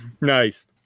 Nice